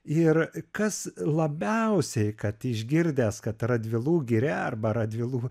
ir kas labiausiai kad išgirdęs kad radvilų giria arba radvilų